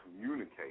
communicate